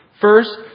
First